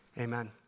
amen